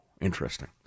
interesting